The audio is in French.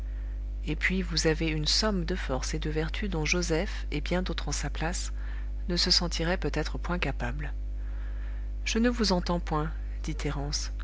et puis vous avez une somme de force et de vertu dont joseph et bien d'autres en sa place ne se sentiraient peut-être point capables je ne vous entends point